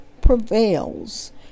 prevails